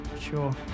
Sure